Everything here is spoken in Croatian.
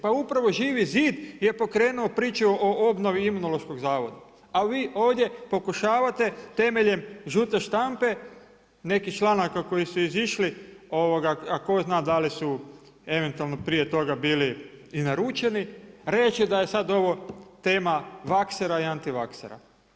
Pa upravo Živi zid je pokrenuo priču o obnovi Imunološkog zavoda a vi ovdje pokušavate temeljem žute štampe, nekih članaka koji su izišli a tko zna da li su eventualno prije toga bili i naručeni reći da je sada ovo tema vaksera i anti vaksera.